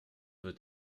wird